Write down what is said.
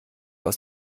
aus